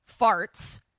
farts